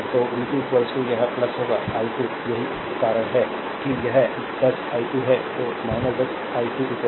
तो v 2 यह 10 होगा i2 यही कारण है कि यह 10 i2 है